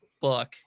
book